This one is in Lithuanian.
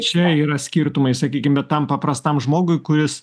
čia yra skirtumai sakykim bet tam paprastam žmogui kuris